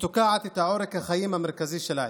שתוקעת את עורק החיים המרכזי של העיר.